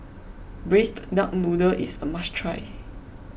Braised Duck Noodle is a must try